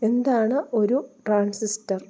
എന്താണൊരു transistor